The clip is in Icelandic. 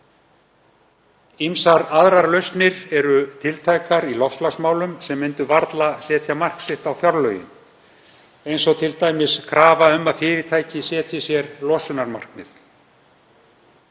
Ýmsar aðrar lausnir eru tiltækar í loftslagsmálum sem myndu varla setja mark sitt á fjárlögin, eins og t.d. krafa um að fyrirtæki setji sér losunarmarkmið.